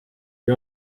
oli